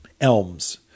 Elms